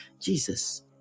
Jesus